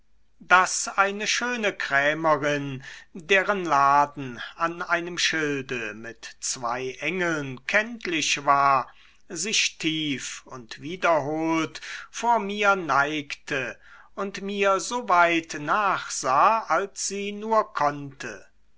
daß eine schöne krämerin deren laden an einem schilde mit zwei engeln kenntlich war sich tief und wiederholt vor mir neigte und mir so weit nachsah als sie nur konnte